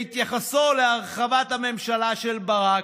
בהתייחסו להרחבת הממשלה של ברק: